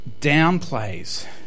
downplays